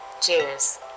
Cheers